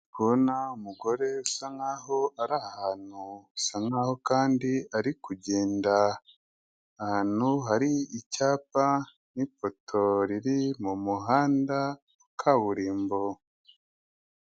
Kubona umugore usa nk'aho ari ahantu, bisa nk'aho kandi ari kugenda, ahantu hari icyapa n'ipoto riri mu muhanda, kaburimbo.